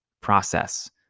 process